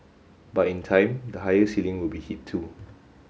but in time the higher ceiling will be hit too